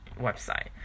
website